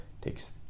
takes